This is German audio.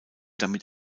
damit